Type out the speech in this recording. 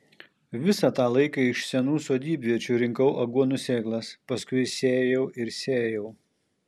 visą tą laiką iš senų sodybviečių rinkau aguonų sėklas paskui sėjau ir sėjau